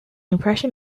impression